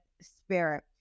spirit